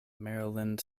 maryland